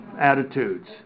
attitudes